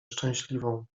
szczęśliwą